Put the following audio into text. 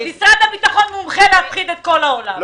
משרד הביטחון מומחה להפחיד את כל העולם.